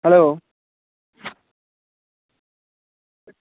hello